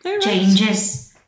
changes